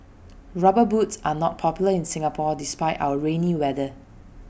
rubber boots are not popular in Singapore despite our rainy weather